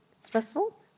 stressful